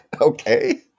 Okay